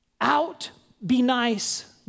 out-be-nice